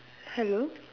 hello